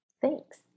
Thanks